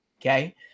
Okay